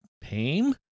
pain